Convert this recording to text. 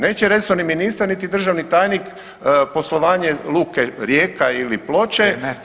Neće resorni ministar niti državni tajnik poslovanje Luka Rijeka ili Ploče